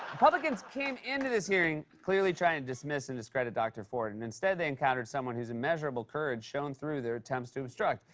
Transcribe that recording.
republicans came into this hearing clearly trying to dismiss and discredit dr. ford and instead, they encountered someone who's immeasurable courage shone through their attempts to obstruct.